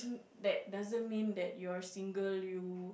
that doesn't mean that you're single you